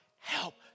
help